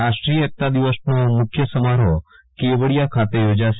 રાષ્ટ્રીય એકતા દિવસનો મુખ્ય સમારોહ કેવડીયા ખાતે યોજાશે